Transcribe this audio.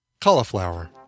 cauliflower